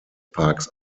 parks